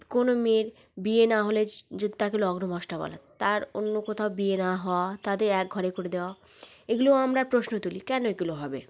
কোনো মেয়ের বিয়ে নাহলে যদি তাকে লগ্নভ্রষ্টা বলা তার অন্য কোথাও বিয়ে না হওয়া তাদের একঘরে করে দেওয়া এগুলো আমরা প্রশ্ন তুলি কেন এগুলো হবে